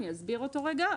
אני אסביר אותו רגע.